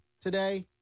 today